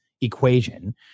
equation